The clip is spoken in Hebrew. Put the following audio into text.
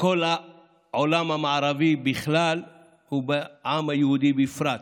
כל העולם המערבי בכלל והעם היהודי בפרט,